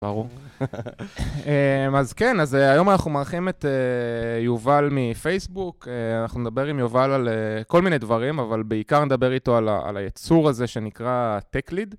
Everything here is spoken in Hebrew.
ברור, אז כן, אז היום אנחנו מארחים את יובל מפייסבוק, אנחנו נדבר עם יובל על כל מיני דברים, אבל בעיקר נדבר איתו על היצור הזה שנקרא tech lead.